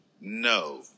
no